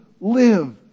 live